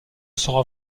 saura